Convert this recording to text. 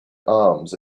arms